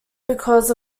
because